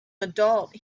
adult